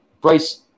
Bryce